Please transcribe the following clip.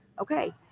Okay